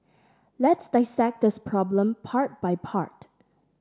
let's dissect this problem part by part